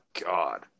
God